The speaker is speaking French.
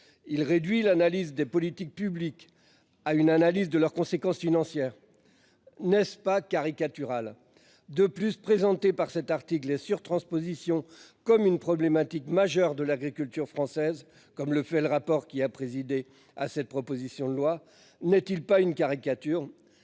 Il réduit l'analyse des politiques publiques aux seules conséquences financières. N'est-ce pas caricatural ? De plus, présenter les surtranspositions comme une problématique majeure de l'agriculture française, comme le fait le rapport qui est à l'origine de cette proposition de loi, n'est-ce pas une caricature ?